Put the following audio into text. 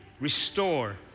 restore